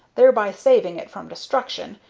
thereby saving it from destruction,